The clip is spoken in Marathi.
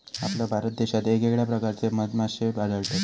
आपल्या भारत देशात येगयेगळ्या प्रकारचे मधमाश्ये आढळतत